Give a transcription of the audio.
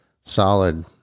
solid